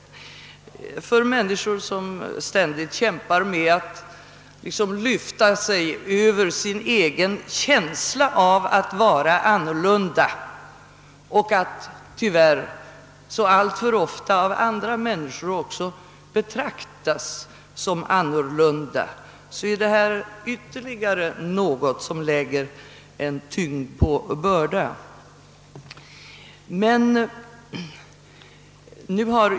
För människor som ständigt kämpar med att liksom lyfta sig över sin egen känsla av att vara annorlunda och som tyvärr alltför ofta av andra människor också betraktas som annorlunda är detta något som lägger ytterligare sten på börda.